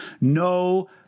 no